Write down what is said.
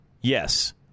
Yes